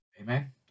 Amen